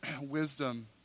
wisdom